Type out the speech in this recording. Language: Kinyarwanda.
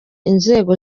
inzego